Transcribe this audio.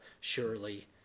surely